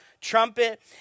trumpet